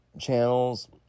channels